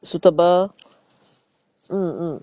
suitable mm mm